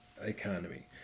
economy